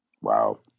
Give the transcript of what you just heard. Wow